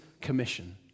commission